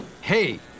Hey